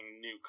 new